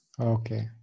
Okay